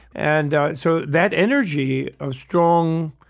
and so that energy, a strong,